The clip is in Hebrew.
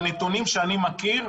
בנתונים שאני מכיר,